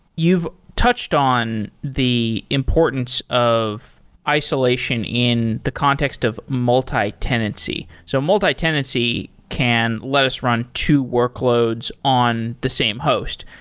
you've touched on the importance of isolation in the context of multi-tenancy. so multi-tenancy can let us run two workloads on the same host.